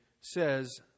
says